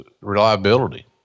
reliability